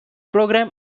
program